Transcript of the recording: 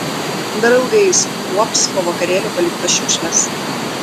dar ilgai jis kuops po vakarėlio paliktas šiukšles